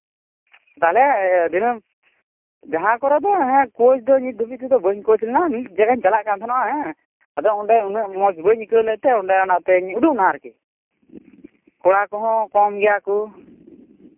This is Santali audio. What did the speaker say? ᱛᱟᱦᱞᱮ ᱫᱤᱱᱟᱹᱢ ᱡᱟᱦᱟᱸ ᱠᱚᱨᱮᱫᱚ ᱦᱮᱸ ᱠᱳᱪ ᱫᱚ ᱱᱤᱛ ᱫᱷᱟᱹᱵᱤᱡ ᱛᱮᱫᱚ ᱵᱟᱹᱧ ᱠᱳᱪ ᱞᱮᱱᱟ ᱢᱤᱫ ᱡᱟᱭᱜᱟᱧ ᱪᱟᱞᱟᱜ ᱠᱟᱱ ᱛᱟᱦᱮᱱᱟ ᱦᱮᱸ ᱟᱫᱚ ᱚᱸᱰᱮ ᱩᱱᱟᱹᱜ ᱢᱚᱡᱽ ᱵᱟᱹᱧ ᱟᱹᱭᱠᱟᱹᱣ ᱞᱮᱫ ᱛᱮ ᱚᱸᱰᱮ ᱚᱱᱟᱛᱮ ᱩᱰᱩᱠᱱᱟ ᱟᱨᱠᱤ ᱠᱚᱲᱟ ᱠᱚᱦᱚᱸ ᱠᱚᱢ ᱜᱮᱭᱟ ᱠᱚ